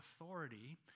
authority